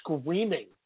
screaming